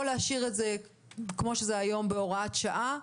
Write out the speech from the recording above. להשאיר את זה כפי שזה היום בהוראת שעה.